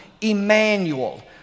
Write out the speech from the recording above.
Emmanuel